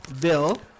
bill